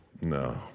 No